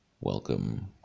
welcome